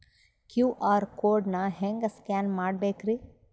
QR code ನಾ ಹೆಂಗ scan ಮಾಡಬೇಕ್ರಿ?